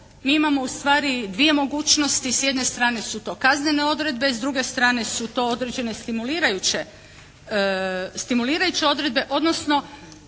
mi imamo ustvari dvije mogućnosti. S jedne strane su to kaznene odredbe, s druge strane su to određene stimulirajuće odredbe odnosno